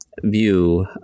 view